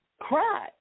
cry